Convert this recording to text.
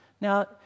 Now